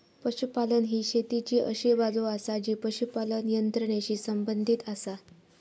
पशुपालन ही शेतीची अशी बाजू आसा जी पशुपालन यंत्रणेशी संबंधित आसा